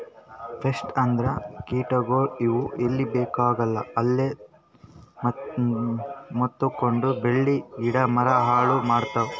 pest ಅಂದ್ರ ಕೀಟಗೋಳ್, ಇವ್ ಎಲ್ಲಿ ಬೇಕಾಗಲ್ಲ ಅಲ್ಲೇ ಮೆತ್ಕೊಂಡು ಬೆಳಿ ಗಿಡ ಮರ ಹಾಳ್ ಮಾಡ್ತಾವ್